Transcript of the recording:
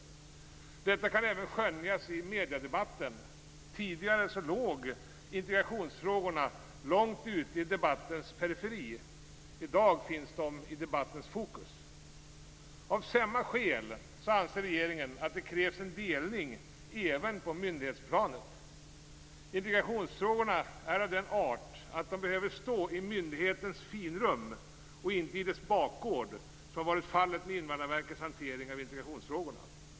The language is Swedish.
Detta kan även skönjas i mediedebatten. Tidigare låg integrationsfrågorna långt ute i debattens periferi. I dag finns de i debattens fokus. Av samma skäl anser regeringen att det krävs en delning även på myndighetsplanet. Integrationsfrågorna är av den art att de behöver stå i myndighetens finrum och inte på dess bakgård, som har varit fallet med Invandrarverkets hantering av integrationsfrågorna.